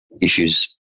issues